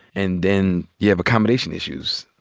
and then you have accommodation issues.